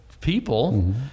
people